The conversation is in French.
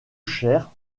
chères